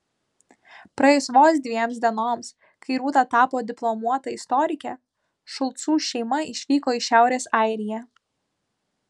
praėjus vos dviems dienoms kai rūta tapo diplomuota istorike šulcų šeima išvyko į šiaurės airiją